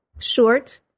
short